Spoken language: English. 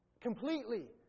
completely